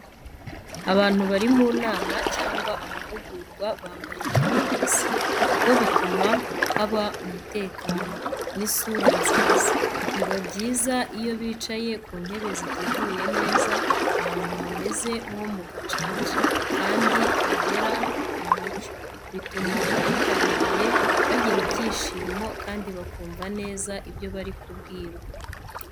Abantu bari mu nama cyangwa amahugurwa bambara imyambaro isa, kuko bituma haba umutekano, n'isura nziza. Biba byiza iyo bicaye ku ntebe ziteguye neza, ahantu hameze nko mu gacaca kandi hagera umucyo. Bituma abitabiriye bagira ibyishimo kandi bakumva neza ibyo bari kubwirwa.